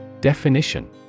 Definition